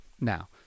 now